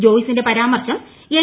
ജോയ്സിന്റെ പരാമർശം എൽ